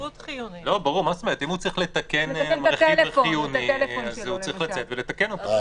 אם הוא צריך לתקן רכיב חיוני אז הוא צריך לצאת ולתקן אותו.